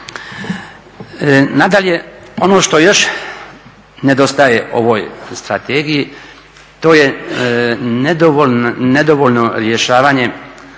Nadalje, ono što još nedostaje ovoj strategiji to je nedovoljno rješavanje